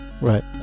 Right